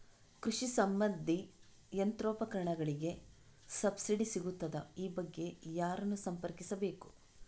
ಕೃಷಿ ಸಂಬಂಧಿ ಯಂತ್ರೋಪಕರಣಗಳಿಗೆ ಸಬ್ಸಿಡಿ ಸಿಗುತ್ತದಾ? ಈ ಬಗ್ಗೆ ಯಾರನ್ನು ಸಂಪರ್ಕಿಸಬೇಕು?